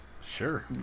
sure